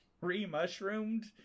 re-mushroomed